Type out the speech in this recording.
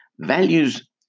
Values